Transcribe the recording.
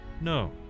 No